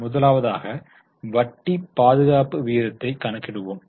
முதலாவதாக வட்டி பாதுகாப்பு விகிதத்தை கணக்கிடுவோம்